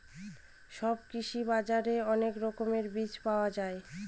সব কৃষি বাজারে অনেক রকমের বীজ পাওয়া যায়